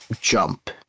jump